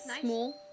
small